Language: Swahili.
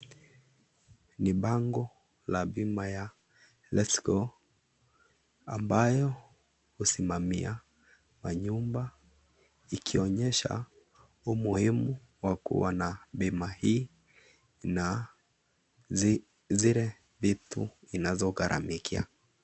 Ni bango la bima ya Letshego ambayo husimamia manyumba likionyesha umuhimu wa kuwa na bima hii na zile vitu zinazo garamikia.